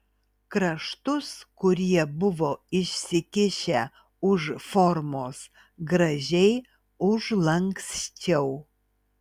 kraštus kurie buvo išsikišę už formos gražiai užlanksčiau